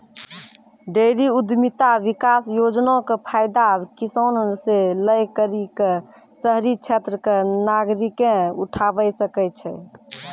dairy उद्यमिता विकास योजना के फायदा किसान से लै करि क शहरी क्षेत्र के नागरिकें उठावै सकै छै